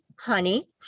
honey